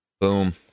Boom